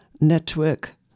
network